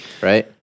Right